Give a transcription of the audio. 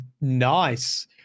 nice